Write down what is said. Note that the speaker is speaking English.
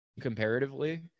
comparatively